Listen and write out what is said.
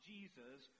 Jesus